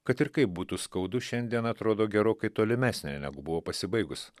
kad ir kaip būtų skaudu šiandien atrodo gerokai tolimesnė negu buvo pasibaigus